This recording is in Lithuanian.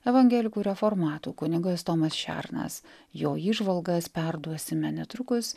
evangelikų reformatų kunigas tomas šernas jo įžvalgas perduosime netrukus